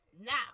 Now